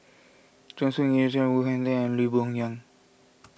Choor Singh Woon and Lee Boon Yang